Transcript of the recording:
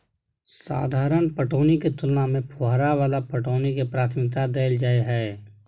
साधारण पटौनी के तुलना में फुहारा वाला पटौनी के प्राथमिकता दैल जाय हय